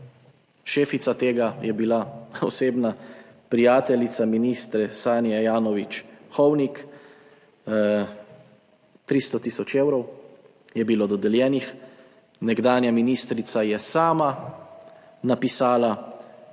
Šefica tega je bila osebna prijateljica ministre Sanje Ajanović Hovnik. 300 tisoč evrov je bilo dodeljenih. Nekdanja ministrica je sama napisala